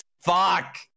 Fuck